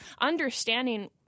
understanding